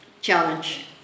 challenge